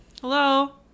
Hello